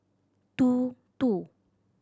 two two